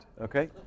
okay